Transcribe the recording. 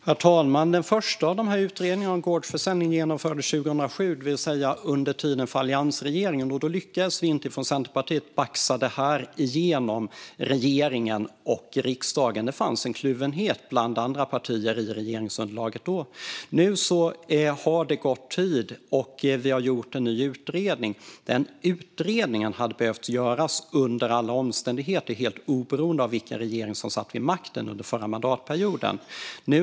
Herr talman! Den första av dessa utredningar om gårdsförsäljning genomfördes 2007, det vill säga under alliansregeringens tid. Då lyckades inte vi från Centerpartiet baxa detta genom regeringen och riksdagen. Det fanns en kluvenhet bland andra partier i regeringsunderlaget då. Nu har det gått tid, och det har gjorts en ny utredning. Men utredningen hade behövt göras under alla omständigheter helt oberoende av vilken regering som satt vid makten under förra mandatperioden.